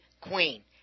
Queen